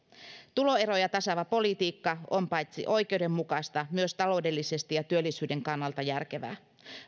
tuloeroja tasaava politiikka on paitsi oikeudenmukaista myös taloudellisesti ja työllisyyden kannalta järkevää